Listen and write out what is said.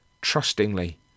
trustingly